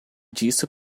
disso